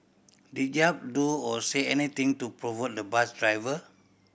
did Yap do or say anything to provoke the bus driver